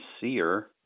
seer